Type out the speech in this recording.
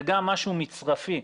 זה משהו מצרפי.